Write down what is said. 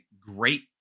great